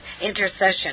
intercession